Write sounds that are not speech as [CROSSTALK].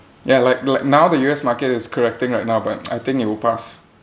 ya like like now the U_S market is correcting right now but [NOISE] I think it will pass